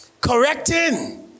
Correcting